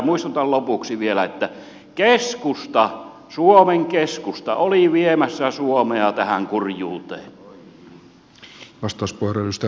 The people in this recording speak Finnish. muistutan lopuksi vielä että keskusta suomen keskusta oli viemässä suomea tähän kurjuuteen